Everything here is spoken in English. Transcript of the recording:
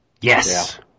Yes